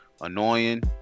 annoying